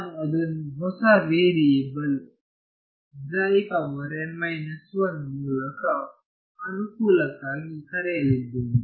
ನಾನು ಅದನ್ನು ಹೊಸ ವೇರಿಯೇಬಲ್ ಮೂಲಕ ಅನುಕೂಲಕ್ಕಾಗಿ ಕರೆಯಲಿದ್ದೇನೆ